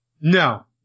No